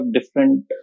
different